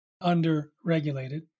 under-regulated